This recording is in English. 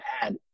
bad